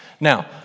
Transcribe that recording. Now